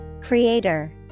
Creator